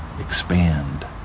expand